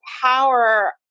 power